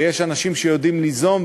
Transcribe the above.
ויש אנשים שיודעים ליזום,